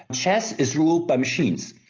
chess is ruled by machines.